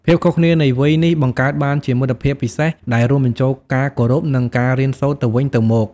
ភាពខុសគ្នានៃវ័យនេះបង្កើតបានជាមិត្តភាពពិសេស ដែលរួមបញ្ចូលការគោរព និងការរៀនសូត្រទៅវិញទៅមក។